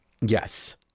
Yes